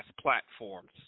platforms